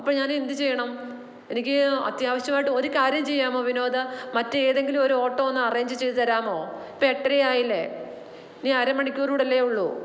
അപ്പം ഞാന് എന്ത് ചെയ്യണം എനിക്ക് അത്യാവശ്യവായിട്ട് ഒര് കാര്യം ചെയ്യാമോ വിനോദ് മറ്റേതെങ്കിലു ഒര് ഓട്ടോ ഒന്ന് അറേഞ്ച് ചെയ്ത് തരാമോ ഇപ്പം എട്ടര ആയില്ലെ ഇനി അര മണിക്കൂറും കൂടല്ലെ ഉള്ളൂ